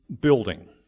building